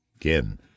Again